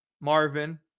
marvin